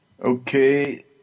Okay